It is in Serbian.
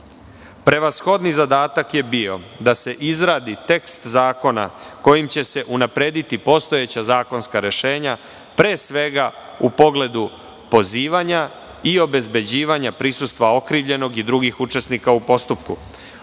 delikata. Prevashodni zadatak je bio da se izradi tekst zakona kojim će se unaprediti postojeća zakonska rešenja, pre svega u pogledu pozivanja i obezbeđivanja prisustva okrivljenog i drugih učesnika u postupku,